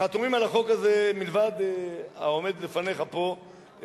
חתומים על החוק הזה, מלבד העומד בפניך פה,